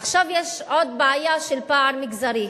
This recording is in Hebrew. עכשיו, יש עוד בעיה, של פער מגזרי: